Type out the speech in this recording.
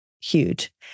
huge